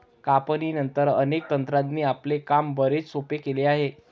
कापणीनंतर, अनेक तंत्रांनी आपले काम बरेच सोपे केले आहे